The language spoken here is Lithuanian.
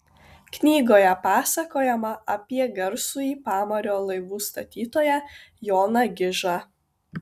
knygoje pasakojama apie garsųjį pamario laivų statytoją joną gižą